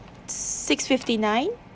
six fifty nine